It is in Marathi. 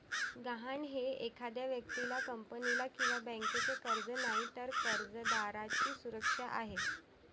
गहाण हे एखाद्या व्यक्तीला, कंपनीला किंवा बँकेचे कर्ज नाही, तर कर्जदाराची सुरक्षा आहे